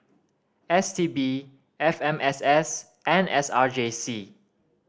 S T B F M S S and S R J C